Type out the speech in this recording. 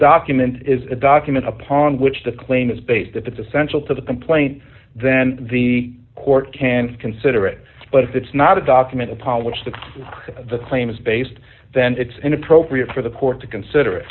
document is a document upon which the claim is based if it's essential to the complaint then the court can consider it but if it's not a document apologise to the claims based then it's inappropriate for the court to consider it